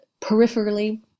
peripherally